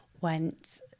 went